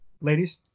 Ladies